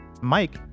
Mike